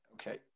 Okay